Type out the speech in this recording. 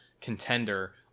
contender